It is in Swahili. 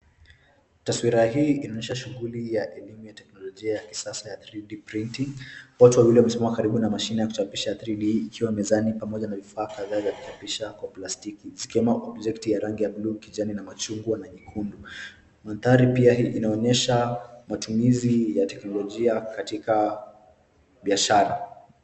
Taswira hii inaonyesha shughuli ya elimu ya teknolojia ya kisasa ya 3D Printing . Watu wawili wamesimama karibu na mashine ya kuchapisha 3D ikiwa mezani pamoja na vifaa kadhaa za kuchapisha kwa plastiki zikiwa rangi ya blue kijani na machungwa na nyekundu. Mandhari pia inaonyesha matumizi ya teknolojia katika biashara.